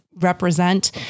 represent